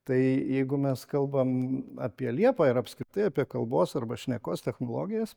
tai jeigu mes kalbam apie liepą ir apskritai apie kalbos arba šnekos technologijas